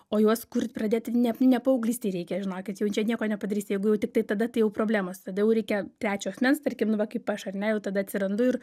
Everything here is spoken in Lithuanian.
o juos kur pradėt ne ne paauglystėj reikia žinokit jau čia nieko nepadarysit jeigu jau tiktai tada tai jau problemos tada jau reikia trečio asmens tarkim nu va kaip aš ar ne jau tada atsirandu ir